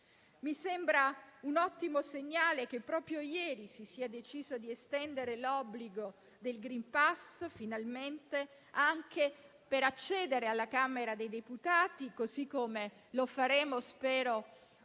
Mi sembra un ottimo segnale che proprio ieri si sia finalmente deciso di estendere l'obbligo del *green pass* anche per accedere alla Camera dei deputati, così come faremo - spero